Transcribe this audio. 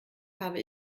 habe